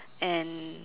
and